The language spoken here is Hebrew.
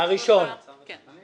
הראשון הוא